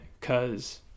cause